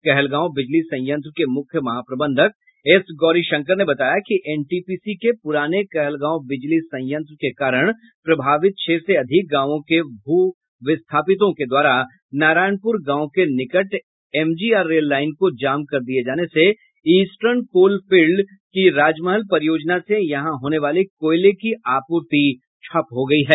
कहलगांव बिजली संयंत्र के मुख्य महाप्रबंधक एस गौरीशंकर ने बताया कि एनटीपीसी के पुराने कहलगांव बिजली संयंत्र के कारण प्रभावित छह से अधिक गांवों के भूविस्थापितो के द्वारा नारायण प्रर गांव के निकट एमजीआर रेल लाइन को जाम कर दिये जाने से इस्टर्न कोल फिल्ड ईसीएल की राजमहल परियोजना से यहां होने वाली कोयले की आपूर्ति ठप्प हो गई है